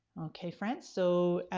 okay, friends so